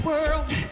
world